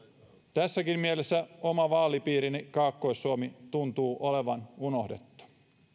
tässäkin mielessä oma vaalipiirini kaakkois suomi tuntuu olevan unohdettu